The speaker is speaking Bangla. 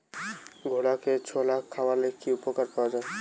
ঘোড়াকে ছোলা খাওয়ালে কি উপকার পাওয়া যায়?